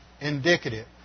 indicative